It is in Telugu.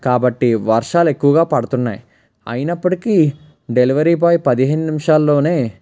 కాబట్టి వర్షాలు ఎక్కువగా పడుతున్నాయి అయినప్పటికీ డెలివరీ బాయ్ పదిహేను నిమిషాల్లోనే